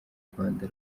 rwanda